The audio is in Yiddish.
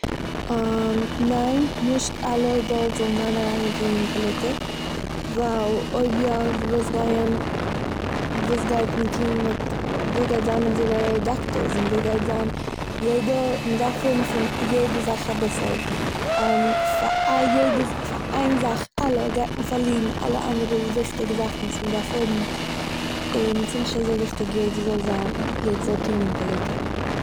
ניין, נישט אלע אדאלטס זאלן זיין אריינגעטוהן אין פאליטיק, ווייל אויב יא וואס גייען- וואס גייט מען טוהן מיט- ווער גייט זיין אונזערע דאקטערס און ווער גייט זיין יעדע- מ'דארף האבן פון יעדע זאך אביסל. פאר יעדע- איין זאך אלע גייט מען פארלירן אלע אנדערע וויכטיגע זאכן וואס מ'דארף האבן און ס'איז נישט אזוי וויכטיג יעדער זאל זיין- יעדער זאל טוהן אין פאליטיק